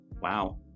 Wow